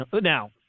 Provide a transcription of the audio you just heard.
Now